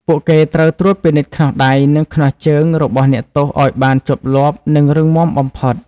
ពួកគេត្រូវត្រួតពិនិត្យខ្នោះដៃ និងខ្នោះជើងរបស់អ្នកទោសឱ្យបានជាប់លាប់ និងរឹងមាំបំផុត។